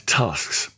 tasks